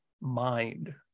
mind